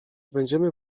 będziemy